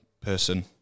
person